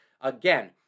again